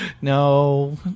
No